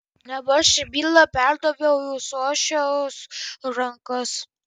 dabar šią bylą perdaviau į ūsočiaus rankas